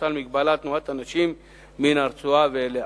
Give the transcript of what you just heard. ותוטל מגבלה על תנועת אנשים מן הרצועה ואליה.